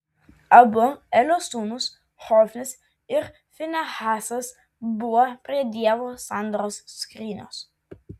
abu elio sūnūs hofnis ir finehasas buvo prie dievo sandoros skrynios